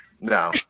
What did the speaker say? no